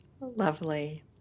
lovely